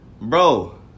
bro